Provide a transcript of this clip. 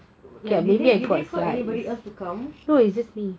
like did they call anybody else to come